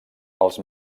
els